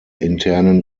internen